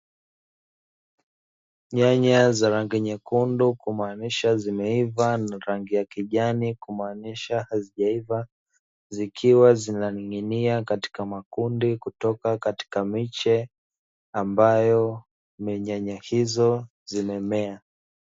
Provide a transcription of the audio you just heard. Nyanya za rangi nyekundu kumaanisha zimeiva, na rangi ya kijani kumaanisha hazijaiva, zikiwa zinaning'inia katika makundi kutoka katika miche ambayo minyanya hizo zimemea.